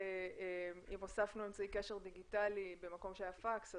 שאם הוספנו אמצעי קשר דיגיטלי במקום שהיה פקס,